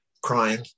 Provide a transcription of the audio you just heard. crying